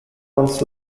months